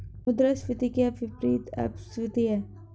मुद्रास्फीति के विपरीत अपस्फीति है